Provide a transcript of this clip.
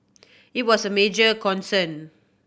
it was a major concern